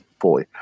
fully